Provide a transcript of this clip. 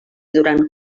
durant